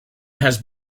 has